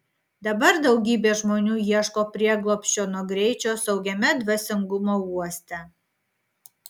dabar daugybė žmonių ieško prieglobsčio nuo greičio saugiame dvasingumo uoste